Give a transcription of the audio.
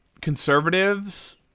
conservatives